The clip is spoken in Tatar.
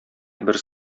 бер